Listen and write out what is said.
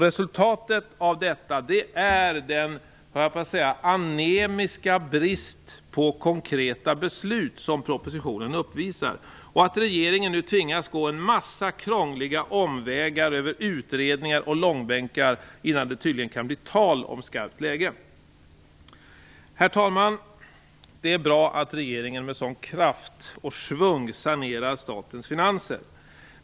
Resultatet av detta är dels den anemiska brist på konkreta beslut som propositionen uppvisar, dels att regeringen nu tvingas gå en massa krångliga omvägar över utredningar och långbänkar innan det tydligen kan bli tal om skarpt läge. Herr talman! Det är bra att regeringen med sådan kraft och schvung sanerar statens finanser.